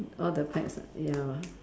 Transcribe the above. all the pets lah ya